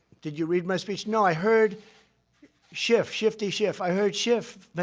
did you read my speech? no, i heard schiff. shifty schiff. i heard schiff.